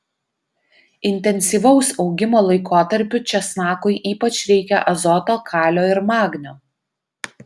intensyvaus augimo laikotarpiu česnakui ypač reikia azoto kalio ir magnio